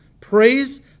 praise